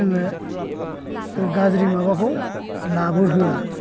जोङो गाज्रि माबाखौ लाबो होया